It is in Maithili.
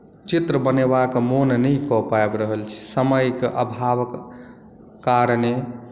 चित्र बनेबाक मन नहि कऽ पाबि रहल छी समयक आभावक कारणे